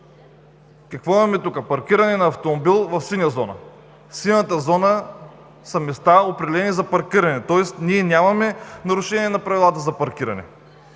Какво имаме тук – паркиране на автомобил в синя зона? Синята зона са места, определени за паркиране, тоест ние нямаме нарушение на правилата за паркиране